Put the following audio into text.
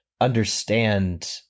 understand